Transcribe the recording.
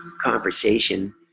conversation